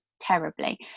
terribly